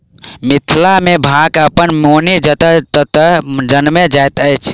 मिथिला मे भांग अपने मोने जतय ततय जनैम जाइत अछि